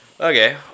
Okay